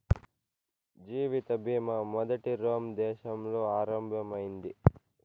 జీవిత బీమా మొదట రోమ్ దేశంలో ఆరంభం అయింది